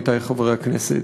עמיתי חברי הכנסת,